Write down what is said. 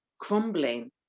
crumbling